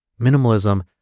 Minimalism